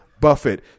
Buffett